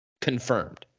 confirmed